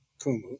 Kumu